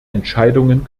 entscheidungen